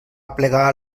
aplegar